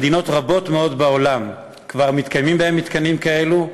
במדינות רבות מאוד בעולם כבר קיימים מתקנים כאלו.